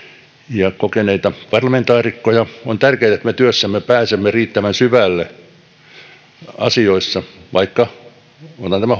ja kokeneita parlamentaarikkoja on tärkeätä että me työssämme pääsemme riittävän syvälle asioissa on vaikkapa tämä